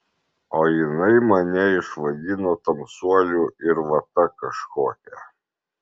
o jinai mane išvadino tamsuoliu ir vata kažkokia